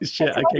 Okay